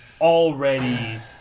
already